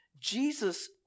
Jesus